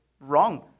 wrong